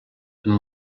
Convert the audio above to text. amb